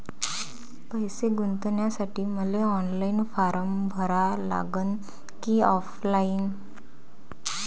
पैसे गुंतन्यासाठी मले ऑनलाईन फारम भरा लागन की ऑफलाईन?